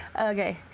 Okay